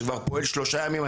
שכבר פועל שלושה ימים.